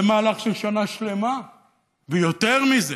במהלך של שנה שלמה ויותר מזה.